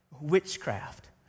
witchcraft